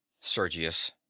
Sergius